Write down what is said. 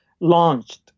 launched